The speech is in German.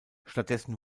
stattdessen